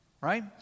right